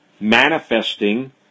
manifesting